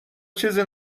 چیزی